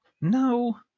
No